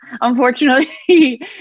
unfortunately